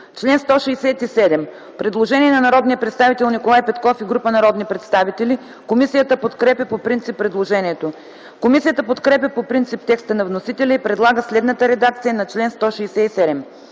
Член 168 – предложение на Николай Петков и група народни представители. Комисията подкрепя по принцип предложението. Комисията подкрепя по принцип текста на вносителя и предлага следната редакция на чл. 168: